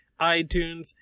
iTunes